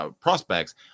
prospects